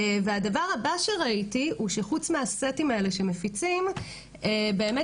והדבר הבא שראיתי הוא שחוץ מהסטים האלה שמפיצים באמת